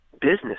business